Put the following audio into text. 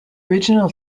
original